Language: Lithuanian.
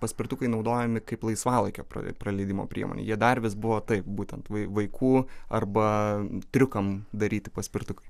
paspirtukai naudojami kaip laisvalaikio praleidimo priemonė jie dar vis buvo taip būtent vaikų arba triukam daryti paspirtukai